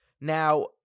Now